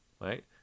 right